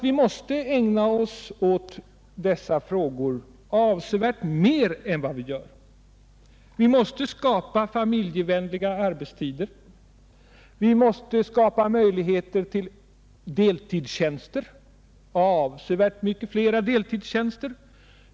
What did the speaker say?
Vi måste ägna oss åt dessa frågor betydligt mer än vad vi gör. Vi måste skapa familjevänliga arbetstider, vi måste skapa möjligheter till avsevärt mycket flera deltidstjänster.